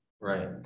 right